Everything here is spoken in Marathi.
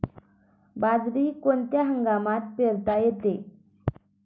बाजरी कोणत्या हंगामात पेरता येते?